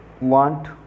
want